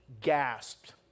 gasped